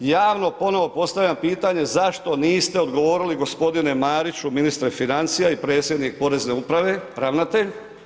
Javno ponovo postavljam pitanje zašto niste odgovorili gospodine Mariću, ministre financija i predsjednike Porezne uprave, ravnatelj?